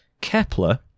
Kepler